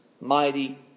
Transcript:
mighty